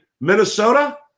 Minnesota